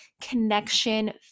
connection